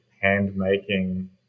hand-making